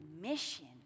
mission